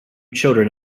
children